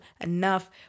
enough